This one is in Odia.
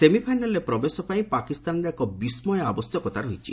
ସେମିଫାଇନାଲରେ ପ୍ରବେଶ ପାଇଁ ପାକିସ୍ତାନ ଏକ ବିସ୍କୟ ଆବଶ୍ୟକତା ରହିଛି